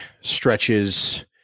stretches